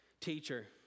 Teacher